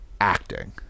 Acting